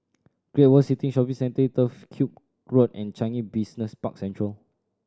Great World City Shopping Centre Turf Ciub Road and Changi Business Park Central